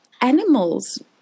animals